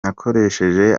nakoresheje